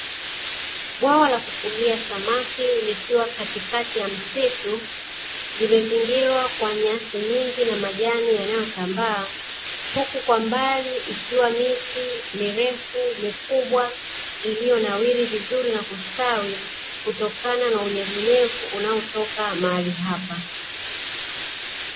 Bwawa la kufugia samaki likiwa katikati ya msitu, limezingirwa kwa nyasi nyingi na majani yanayotambaa. Huku kwa mbali ikiwa miti mirefu, mikubwa, iliyonawiri vizuri na kustawi kutokana na unyevunyevu unaotoka mahali hapa.